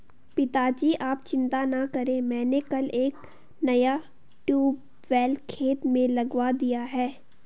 पिताजी आप चिंता ना करें मैंने कल एक नया ट्यूबवेल खेत में लगवा दिया है